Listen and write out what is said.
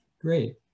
Great